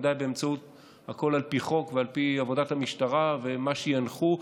ובוודאי הכול על פי חוק ועל פי עבודת המשטרה ומה שינחו,